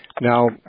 Now